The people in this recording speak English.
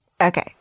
Okay